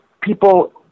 people